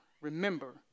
remember